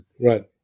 Right